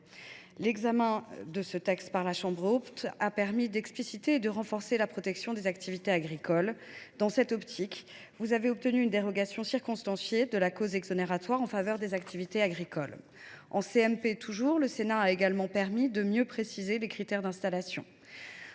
proposition de loi par la chambre haute a permis d’expliciter et de renforcer la protection des activités agricoles. À cet égard, vous avez obtenu une dérogation circonstanciée dans la cause exonératoire en faveur des activités agricoles. En commission mixte paritaire toujours, le Sénat a également permis de mieux préciser les critères d’installation.